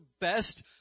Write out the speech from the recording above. best